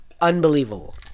unbelievable